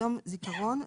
יום זיכרון,